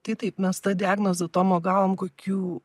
tai taip mes tą diagnozę tomo gavom kokių